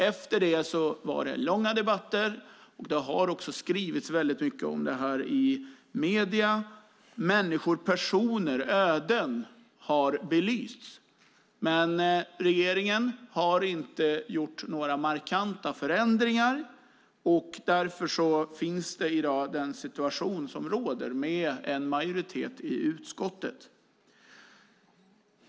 Efter det var det långa debatter, och det har skrivits väldigt mycket om det här i medierna. Människor och öden har belysts. Men regeringen har inte gjort några markanta förändringar. Därför har vi den i dag rådande majoritetssituationen i utskottet.